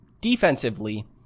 defensively